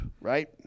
right